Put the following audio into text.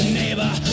neighbor